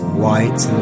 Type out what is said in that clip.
white